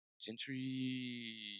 Gentry